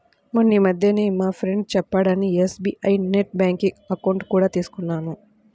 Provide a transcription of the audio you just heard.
మొన్నీమధ్యనే మా ఫ్రెండు చెప్పాడని ఎస్.బీ.ఐ నెట్ బ్యాంకింగ్ అకౌంట్ కూడా తీసుకున్నాను